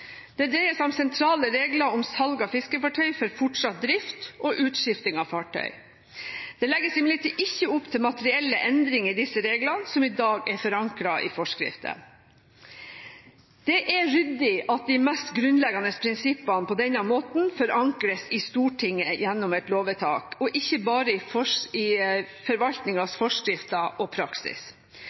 Det dreier seg om sentrale regler om salg av fiskefartøy for fortsatt drift og utskifting av fartøy. Det legges imidlertid ikke opp til materielle endringer i disse reglene, som i dag er forankret i forskrifter. Det er ryddig at de mest grunnleggende prinsippene på denne måten forankres i Stortinget gjennom et lovvedtak og ikke bare i forvaltningens forskrifter og praksis.